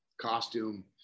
costume